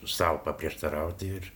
sau paprieštarauti ir